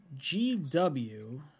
GW